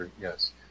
yes